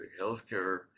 healthcare